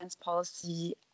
Policy